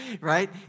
right